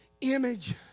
image